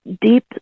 deep